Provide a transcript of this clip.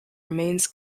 remains